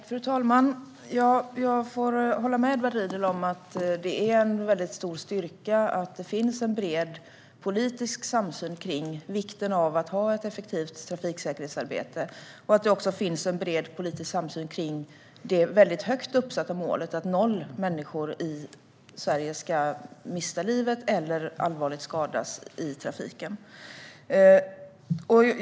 Fru ålderspresident! Jag håller med Edward Riedl om att det är en stor styrka att det finns bred politisk samsyn om vikten av att ha ett effektivt trafiksäkerhetsarbete. Det är också en styrka att det finns bred politisk samsyn om det högt uppsatta målet att noll människor ska mista livet eller skadas allvarligt i trafiken i Sverige.